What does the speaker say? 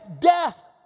death